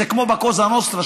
זה כמו בקוזה נוסטרה,